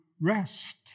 rest